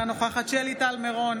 אינה נוכחת שלי טל מירון,